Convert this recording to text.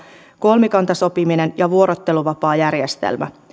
kolmikantasopiminen ja vuorotteluvapaajärjestelmä